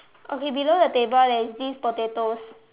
okay below the table there is this potatoes